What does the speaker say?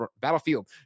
Battlefield